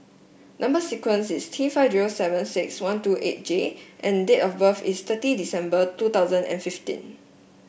number sequence is T five zero seven six one two eight J and date of birth is thirty December two thousand and fifteen